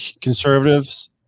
conservatives